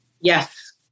Yes